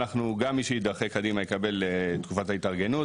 גם מי שידחה קדימה יקבל את תקופת ההתארגנות,